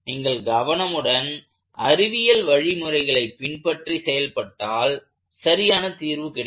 நீங்கள் கவனமுடன் அறிவியல் வழிமுறைகளை பின்பற்றி செயல்பட்டால் சரியான தீர்வு கிடைக்கும்